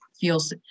feels